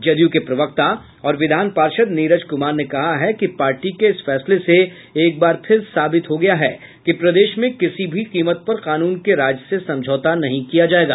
जदयू के प्रवक्ता और विधान पार्षद नीरज कुमार ने कहा है कि पार्टी के इस फैसले से एक बार फिर साबित हो गया है कि प्रदेश में किसी भी कीमत पर कानून के राज से समझौता नहीं किया जाएगा